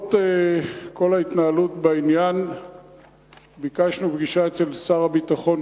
בעקבות כל ההתנהלות בעניין ביקשנו פגישה אצל שר הביטחון,